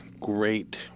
great